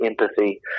empathy